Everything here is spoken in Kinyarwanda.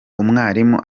umwarimu